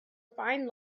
find